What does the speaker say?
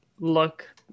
Look